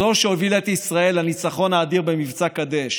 זו שהובילה את ישראל לניצחון האדיר במבצע קדש